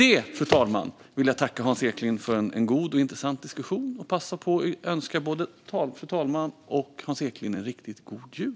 Med det vill jag tacka Hans Eklind för en intressant diskussion och passa på att önska både fru talmannen och Hans Eklind en riktigt god jul!